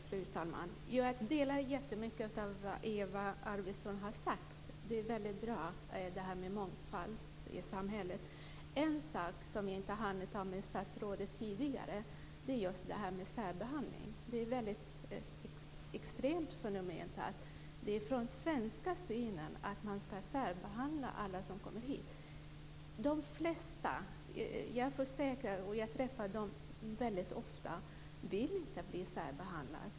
Fru talman! Jag delar mycket av det Eva Arvidsson har sagt. Det är mycket bra, det här med mångfald i samhället. En sak som jag inte hann att ta upp med statsrådet tidigare är det här med särbehandling. Det är ett extremt fenomen att man utifrån den svenska synen ska särbehandla alla som kommer hit. De flesta - det försäkrar jag, och jag träffar dem ofta - vill inte bli särbehandlade.